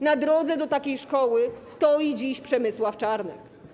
Na drodze do takiej szkoły stoi dziś Przemysław Czarnek.